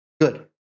Good